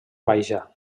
baixa